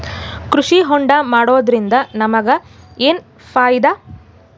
ಕೃಷಿ ಹೋಂಡಾ ಮಾಡೋದ್ರಿಂದ ನಮಗ ಏನ್ ಫಾಯಿದಾ?